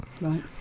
Right